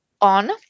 on